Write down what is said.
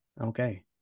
Okay